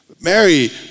Mary